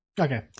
okay